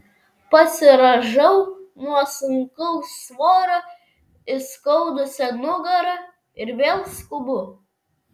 pasirąžau nuo sunkaus svorio įskaudusią nugarą ir vėl skubu